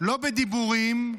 לא בדיבורים,